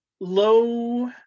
Low